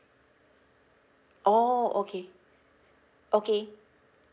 oh okay okay